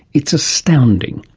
it's astounding,